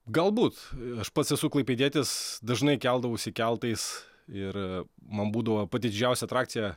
galbūt aš pats esu klaipėdietis dažnai keldavausi keltais ir man būdavo didžiausia atrakcija